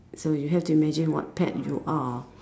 so you have to imagine what pet you are